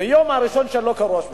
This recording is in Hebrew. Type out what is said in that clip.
מהיום הראשון שלו כראש ממשלה.